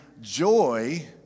joy